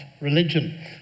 religion